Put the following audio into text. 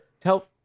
Tell